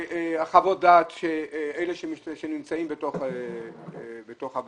חוות הדעת של אלה שנמצאים בוועדה.